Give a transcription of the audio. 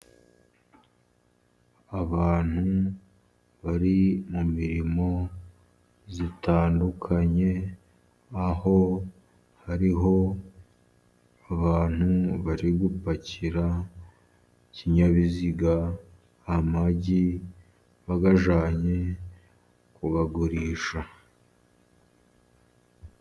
Abantu bari mu mirimo itandukanye, aho hariho abantu bari gupakira ikinyabiziga ,amagi bayajyanye kuyagurisha.